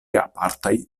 apartaj